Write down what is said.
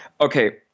okay